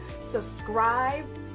subscribe